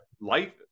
life